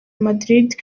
madrid